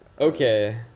Okay